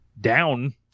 down